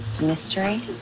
Mystery